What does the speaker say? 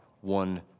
one